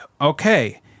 okay